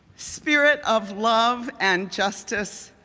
spirit of love and justice,